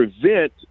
prevent